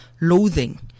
loathing